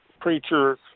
preachers